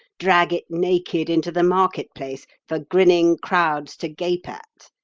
drag it naked into the market-place for grinning crowds to gape at.